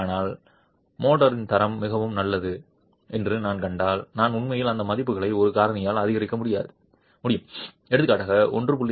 ஆனால் மோர்டாரின் தரம் மிகவும் நல்லது என்று நான் கண்டால் நான் உண்மையில் அந்த மதிப்புகளை ஒரு காரணியால் அதிகரிக்க முடியும் எடுத்துக்காட்டாக 1